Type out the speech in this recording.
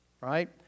Right